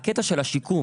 אבל הקטע של השיקום,